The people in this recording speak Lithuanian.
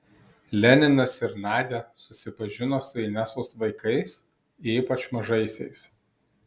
leninas ir nadia susipažino su inesos vaikais ypač mažaisiais